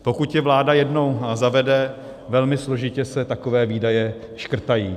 Pokud je vláda jednou zavede, velmi složitě se takové výdaje škrtají.